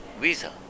visa